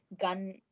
gun